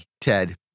Ted